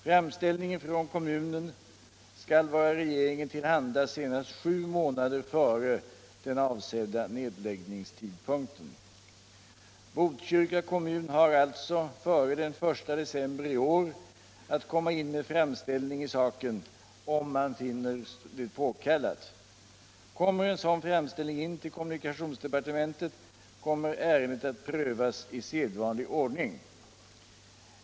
Framställning från kommunen skall vara regeringen till handa senast sju månader före den avsedda nedläggningstidpunkten. Botkyrka kommun kan alltså före den I december i år komma in med framställning i saken, om man finner det påkallat. Kommer en sådan framställning in till kommunikationsdepartementet kommer ärendet att prövas i sedvanlig ordning.